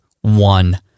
one